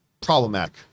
problematic